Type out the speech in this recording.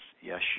Yes